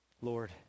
Lord